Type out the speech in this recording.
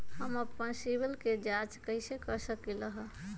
हम अपन सिबिल के जाँच कइसे कर सकली ह?